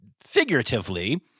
figuratively